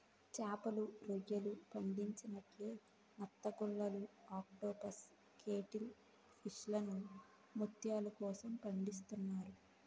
చేపలు, రొయ్యలు పండించినట్లే నత్తగుల్లలు ఆక్టోపస్ కేటిల్ ఫిష్లను ముత్యాల కోసం పండిస్తున్నారు